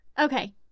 Okay